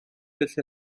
felly